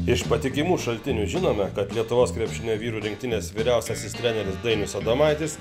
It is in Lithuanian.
iš patikimų šaltinių žinome kad lietuvos krepšinio vyrų rinktinės vyriausiasis treneris dainius adomaitis